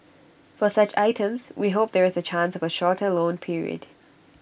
for such items we hope there is A chance of A shorter loan period